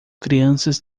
crianças